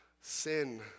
sin